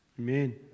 Amen